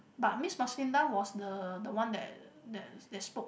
but Miss Maslinda was the the one that that that spoke